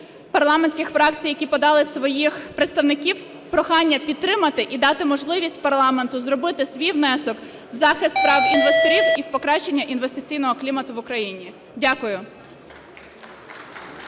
парламентських фракцій, які подали своїх представників, прохання підтримати і дати можливість парламенту зробити свій внесок в захист прав інвесторів і в покращення інвестиційного клімату в Україні. Дякую.